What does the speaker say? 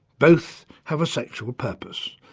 both have a sexual purpose.